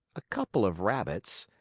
a couple of rabbits,